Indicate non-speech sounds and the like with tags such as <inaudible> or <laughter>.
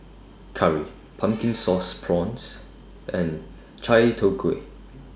Curry <noise> Pumpkin Sauce Prawns and Chai Tow Kway